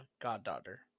goddaughter